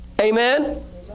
Amen